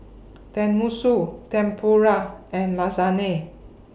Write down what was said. Tenmusu Tempura and Lasagne